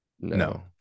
No